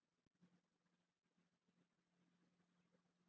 दस्खत करके लिखित मे देवे के पड़ेला कि तू इके चलइबा